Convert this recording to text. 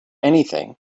anything